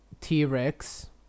T-Rex